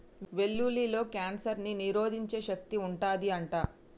వెల్లుల్లిలో కాన్సర్ ని నిరోధించే శక్తి వుంటది అంట